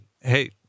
hey